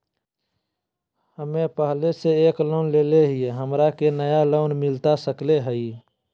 हमे पहले से एक लोन लेले हियई, हमरा के नया लोन मिलता सकले हई?